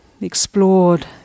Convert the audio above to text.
explored